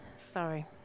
Sorry